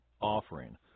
offering